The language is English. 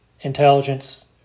Intelligence